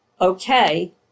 okay